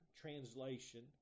translation